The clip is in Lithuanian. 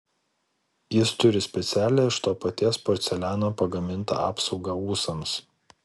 jis turi specialią iš to paties porceliano pagamintą apsaugą ūsams